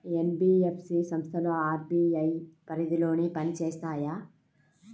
NBFC సంస్థలు RBI పరిధిలోనే పని చేస్తాయా?